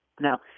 Now